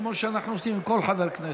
כמו שאנחנו עושים עם כל חבר כנסת.